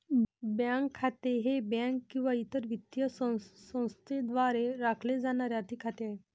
bank खाते हे bank किंवा इतर वित्तीय संस्थेद्वारे राखले जाणारे आर्थिक खाते आहे